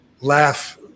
Laugh